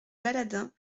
baladins